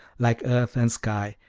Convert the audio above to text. like earth and sky,